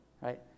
right